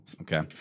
okay